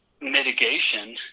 mitigation